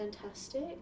fantastic